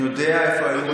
אני יודע איפה היו רשימות,